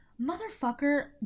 Motherfucker